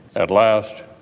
at last,